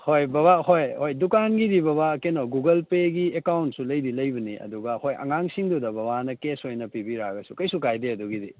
ꯍꯣꯏ ꯕꯕꯥ ꯍꯣꯏ ꯍꯣꯏ ꯗꯨꯀꯥꯟꯒꯤꯗꯤ ꯕꯕꯥ ꯀꯩꯅꯣ ꯒꯨꯒꯜ ꯄꯦꯒꯤ ꯑꯦꯀꯥꯎꯟꯁꯨ ꯂꯩꯗꯤ ꯂꯩꯕꯅꯦ ꯑꯗꯨꯒ ꯑꯩꯈꯣꯏ ꯑꯉꯥꯡꯁꯤꯡꯗꯨꯗ ꯕꯕꯥꯅ ꯀꯦꯁ ꯑꯣꯏꯅ ꯄꯤꯕꯤꯔꯛꯑꯒꯁꯨ ꯀꯩꯁꯨ ꯀꯥꯏꯗꯦ ꯑꯗꯨꯒꯤꯗꯤ